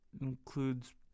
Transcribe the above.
includes